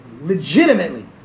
legitimately